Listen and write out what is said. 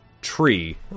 tree